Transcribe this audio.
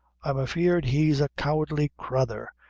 i'm afeard he's a cowardly crathur,